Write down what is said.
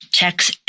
checks